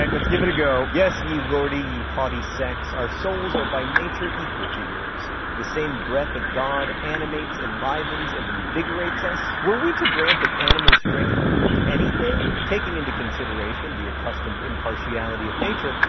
like let's give it a go. yes, ye lordly, ye haughty sex, our souls are by nature equal to yours the same breath of god animates, enlivens, and invigorates us were we to grant that animal strength proved any thing, taking into consideration the accustomed impartiality of nature,